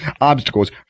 obstacles